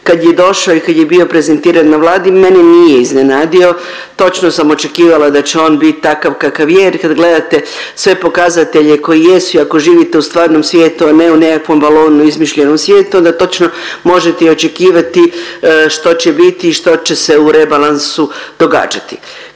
kad je došao i kad je bio prezentiran na Vladi mene nije iznenadio. Točno sam očekivala da će on biti takav kakav je, jer kad gledate sve pokazatelje koji jesu i ako živite u stvarnom svijetu, a ne u nekakvom balonu u izmišljenom svijetu, onda točno možete i očekivati što će biti i što će se u rebalansu događati.